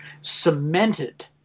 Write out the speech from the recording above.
cemented